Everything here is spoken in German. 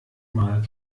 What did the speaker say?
mal